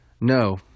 No